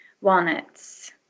walnuts